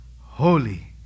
holy